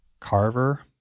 Carver